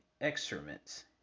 excrement